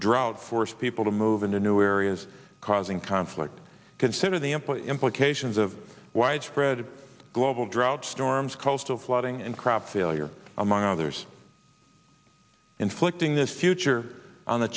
drought forced people to move into new areas causing conflict consider the employee implications of widespread global droughts storms coastal flooding and crop failure among others inflicting this future on the